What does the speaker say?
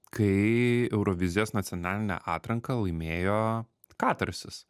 kai eurovizijos nacionalinę atranką laimėjo katarsis